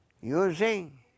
using